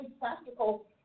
practical